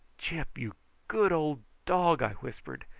gyp, you good old dog! i whispered.